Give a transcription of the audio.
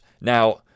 Now